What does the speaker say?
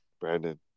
Brandon